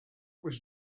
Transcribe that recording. was